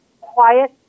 quiet